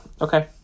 Okay